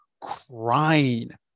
crying